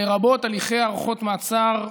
לרבות הליכי הארכות מעצר,